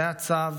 זה הצו